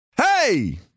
Hey